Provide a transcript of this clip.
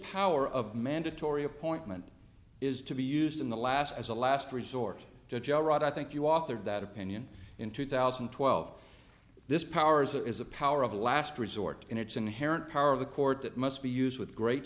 power of mandatory appointment is to be used in the last as a last resort to jail right i think you authored that opinion in two thousand and twelve this powers that is a power of last resort and it's inherent power of the court that must be used with great